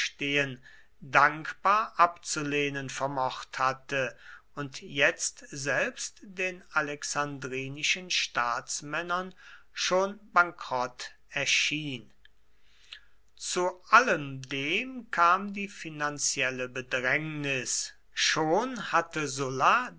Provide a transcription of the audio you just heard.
dankbar abzulehnen vermocht hatte und jetzt selbst den alexandrinischen staatsmännern schon bankrott erschien zu allem dem kam die finanzielle bedrängnis schon hatte sulla